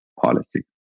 policy